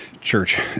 church